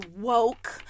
woke